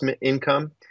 income